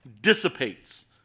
dissipates